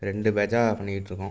ரெண்டு பேட்ச்சாக பண்ணிக்கிட்டிருக்கோம்